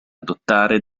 adottare